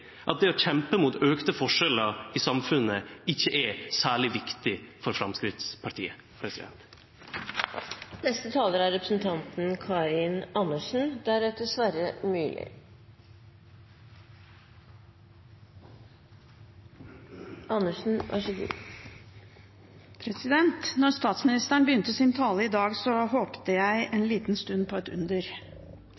at det å kjempe mot auka forskjellar i samfunnet ikkje er særleg viktig for Framstegspartiet? Da statsministeren begynte sin tale i dag, håpet jeg en